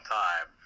time